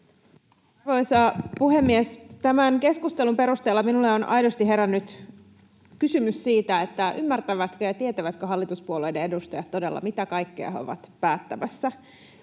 Arvoisa puhemies! Tämän keskustelun perusteella minulle on aidosti herännyt kysymys, ymmärtävätkö ja tietävätkö hallituspuolueiden edustajat todella, mitä kaikkea he ovat päättämässä.